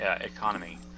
economy